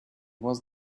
was